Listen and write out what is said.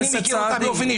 אני מכיר אותה אישית.